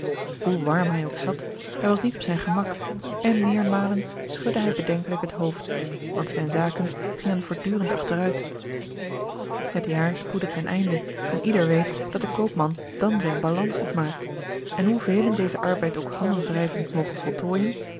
hoe warm hij ook zat hij was niet op zijn gemak en meermalen schudde hij bedenkelijk het hoofd want zijne zaken gingen voortdurend achteruit het jaar spoedde ten einde en ieder weet dat de koopman dan zijne balans opmaakt en hoevelen dezen arbeid ook handenwrijvend mogen voltooijen